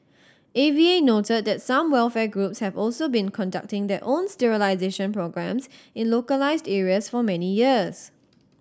A V A noted that some welfare groups have also been conducting their own sterilisation programmes in localised areas for many years